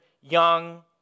young